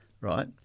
Right